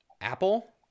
Apple